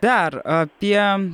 dar apie